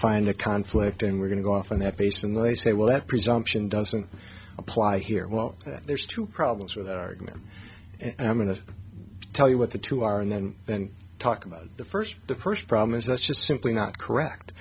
find a conflict and we're going to go off on that basis and they say well that presumption doesn't apply here well that there's two problems with that argument and i'm going to tell you what the two are and then then talk about the first the first promise that's just simply not correct